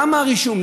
למה הרישום,